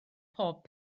pob